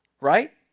right